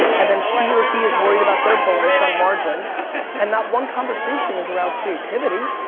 and then she or he is worried about their bonus on margin and not one conversation is around creativity.